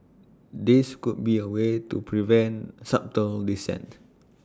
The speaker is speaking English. this could be A way to prevent subtle dissent